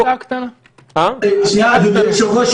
אדוני היושב-ראש,